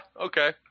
okay